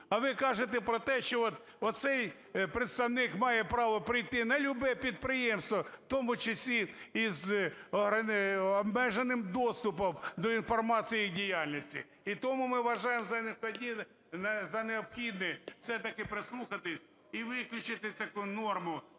А ви кажете про те, що от оцей представник має право прийти на любе підприємство, в тому числі і з обмеженим доступом до інформації і діяльності. І тому ми вважаємо за необхідне все-таки прислухатися, і виключити таку норму,